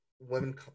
women